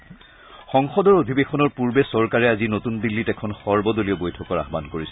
সংসদৰ অধিৱেশনৰ পূৰ্বে চৰকাৰে আজি নতুন দিল্লীত এখন সৰ্বদলীয় বৈঠকৰ আহবান কৰিছে